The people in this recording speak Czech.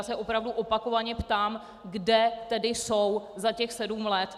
Já se opravdu opakovaně ptám: kde tedy jsou za těch sedm let?